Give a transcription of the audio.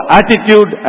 attitude